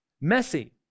messy